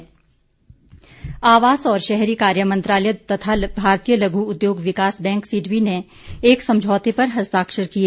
समझौता ज्ञापन आवास और शहरी कार्य मंत्रालय तथा भारतीय लघु उद्योग विकास बैंक सिडबी ने एक समझौते पर हस्ताक्षर किए